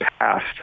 passed